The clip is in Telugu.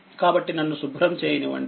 కాబట్టినన్ను శుభ్రం చేయనివ్వండి